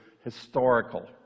historical